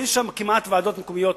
אין כמעט ועדות מקומיות